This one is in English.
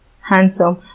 handsome